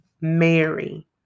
Mary